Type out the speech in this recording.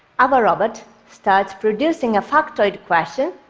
our robot starts producing a factoid question,